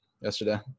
yesterday